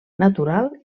natural